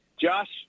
Josh